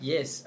Yes